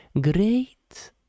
great